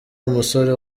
umusore